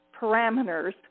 parameters